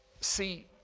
See